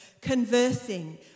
conversing